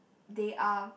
they are